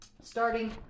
Starting